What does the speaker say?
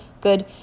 good